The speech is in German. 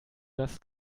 das